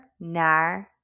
naar